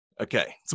Okay